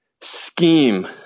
scheme